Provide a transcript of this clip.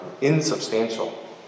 insubstantial